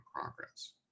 progress